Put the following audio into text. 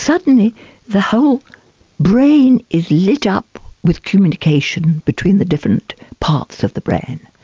suddenly the whole brain is lit up with communication between the different parts of the brain,